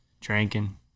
drinking